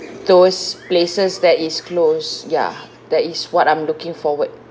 those places that is closed ya that is what I'm looking forward